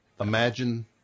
Imagine